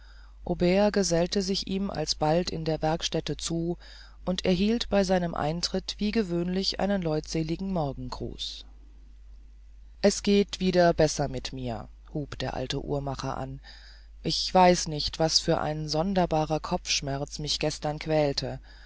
gesellte sich ihm alsbald in der werkstätte zu und erhielt bei seinem eintritt wie gewöhnlich einen leutseligen morgengruß es geht wieder besser mit mir hub der alte uhrmacher an ich weiß nicht was für ein sonderbarer kopfschmerz mich gestern quälte